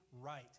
right